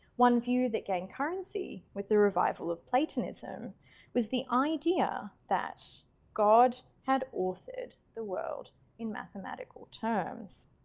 one view that gained currency with the revival of platonism was the idea that god had authored the world in mathematical terms.